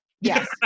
Yes